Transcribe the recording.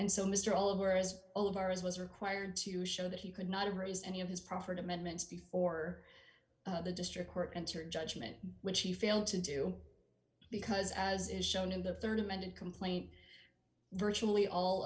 and so mr all of whereas all of ours was required to show that he could not have raised any of his proffered amendments before the district court and her judgment which he failed to do because as is shown in the rd amended complaint virtually all